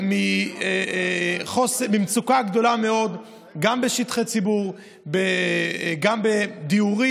שסובל ממצוקה גדולה מאוד גם בשטחי ציבור וגם בדיור,